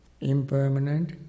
impermanent